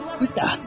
sister